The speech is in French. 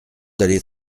d’aller